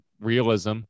realism